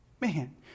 Man